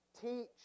teach